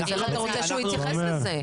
אז איך אתה רוצה שהוא יתייחס לזה?